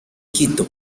quito